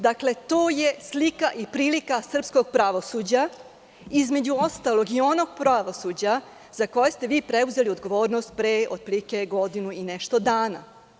Dakle, to jeslika i prilika srpskog pravosuđa, između ostalog i onog pravosuđa za koje ste vi preuzeli odgovornost pre otprilike godinu i nešto dana.